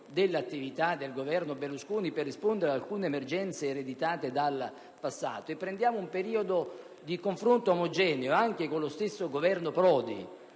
dell'attività del Governo Berlusconi per rispondere ad alcune emergenze ereditate dal passato e assumiamo come periodo di confronto omogeneo, anche con lo stesso Governo Prodi,